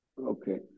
Okay